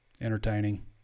entertaining